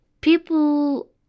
People